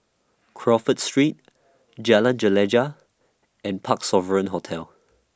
Crawford Street Jalan Gelegar and Parc Sovereign Hotel